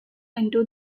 into